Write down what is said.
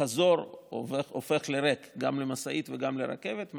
בחזרה הופכת לריקה גם המשאית וגם הרכבת,